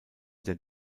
der